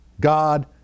God